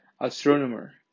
Astronomer